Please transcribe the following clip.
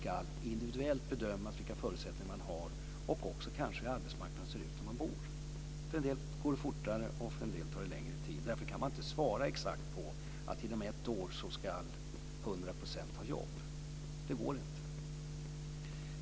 Man ska individuellt bedömas efter de förutsättningar man har och kanske också efter hur arbetsmarknaden ser ut där man bor. För en del går det fortare, och för en del tar det längre tid. Därför kan man inte säga att exakt inom ett år ska 100 % ha jobb. Det går inte!